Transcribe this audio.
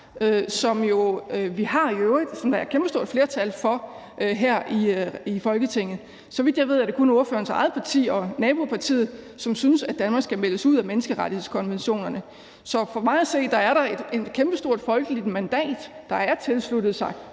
som vi jo har i øvrigt, og som der er et kæmpestort flertal for her i Folketinget. Så vidt jeg ved, er det kun ordførerens eget parti og nabopartiet, som synes, at Danmark skal meldes ud af menneskerettighedskonventionerne. Så for mig at se er der et kæmpestort folkeligt mandat bag at have tilsluttet sig